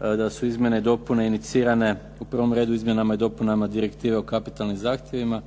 da su izmjene i dopune inicirane u prvom redu izmjenama i dopunama direktive u kapitalnim zahtjevima,